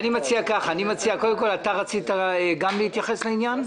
קודם כול, אתה רצית גם להתייחס לעניין?